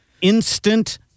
instant